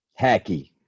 hacky